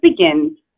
begins